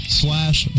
slash